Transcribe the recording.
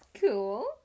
Cool